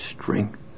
strength